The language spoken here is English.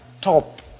top